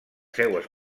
seues